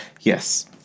Yes